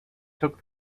took